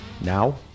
now